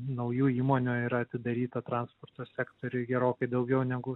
naujų įmonių yra atidaryta transporto sektoriuj gerokai daugiau negu